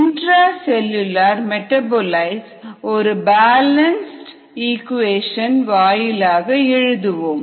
intra cellular metabolites ஒரு balanced equation வாயிலாக எழுதுவோம்